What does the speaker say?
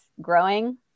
growing